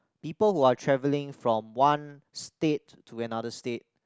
people who are travelling from one state to another state